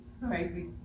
right